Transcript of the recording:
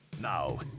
Now